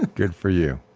good for you.